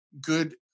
good